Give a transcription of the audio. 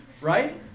right